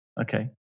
Okay